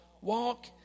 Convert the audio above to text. walk